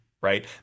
right